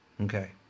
Okay